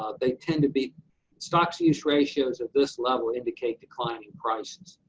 ah they tend to be stocks-to-use ratios at this level indicate declining prices.